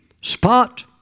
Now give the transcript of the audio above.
spot